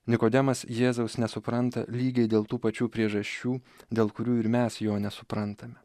nikodemas jėzaus nesupranta lygiai dėl tų pačių priežasčių dėl kurių ir mes jo nesuprantame